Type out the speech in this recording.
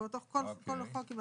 אוקיי.